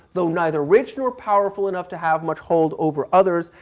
though neither rich nor powerful enough to have much hold over others,